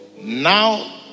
Now